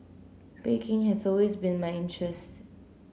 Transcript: baking has always been my interest